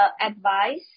advice